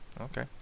Okay